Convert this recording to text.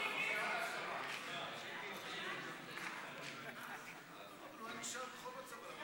לוועדה את הצעת חוק הפעלת תחבורה ציבורית בשבת,